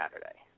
Saturday